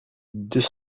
deux